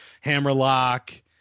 Hammerlock